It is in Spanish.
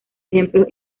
ejemplos